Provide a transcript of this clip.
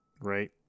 Right